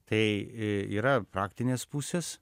tai yra praktinės pusės